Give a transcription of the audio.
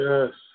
Yes